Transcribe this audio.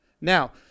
Now